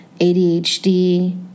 ADHD